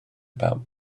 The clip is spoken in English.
about